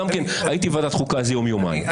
הייתי בוועדת חוקה איזה יום-יומיים.